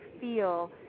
feel